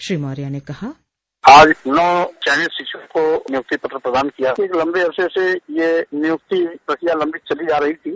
श्री मौर्य ने कहा बाइट नव चयनित शिक्षकों को नियुक्त पत्र प्रदान किया एक लम्बे अर्से से यह नियुक्ति प्रक्रिया लम्बित चली आ रही थी